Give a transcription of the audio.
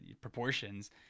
proportions